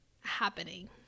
happening